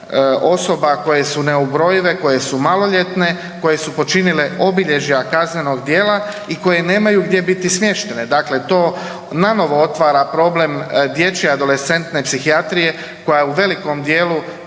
osoba koje su neubrojive, koje su maloljetne, koje su počinile obilježja kaznenog djela i koje nemaju gdje biti smještene? Dakle, to nanovo otvara problem dječje adolescentne psihijatrije koja je u velikom dijelu